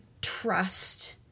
trust